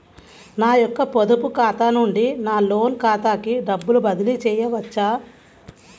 నా యొక్క పొదుపు ఖాతా నుండి నా లోన్ ఖాతాకి డబ్బులు బదిలీ చేయవచ్చా?